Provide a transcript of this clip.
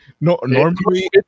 normally